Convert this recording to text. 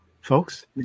folks